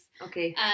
Okay